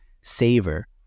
savor